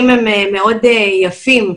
שעולה תמיד זה חסם מגוחך שהיה נכון אולי לפני עשור,